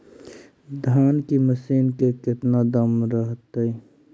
धान की मशीन के कितना दाम रहतय?